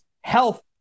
health